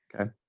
Okay